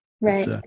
Right